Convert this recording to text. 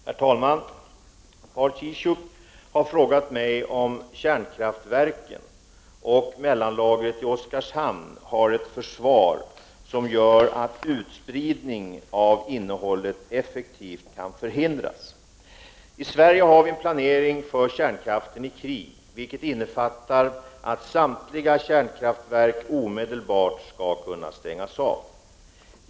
Herr talman! Paul Ciszuk har frågat mig om kärnkraftverken och mellanlagret i Oskarshamn har ett försvar som gör att utspridning av innehållet effektivt kan förhindras. I Sverige har vi en planering för kärnkraften i krig, vilken innefattar att samtliga kärnkraftverk omedelbart skall kunna stängas av.